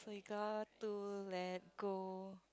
got to let go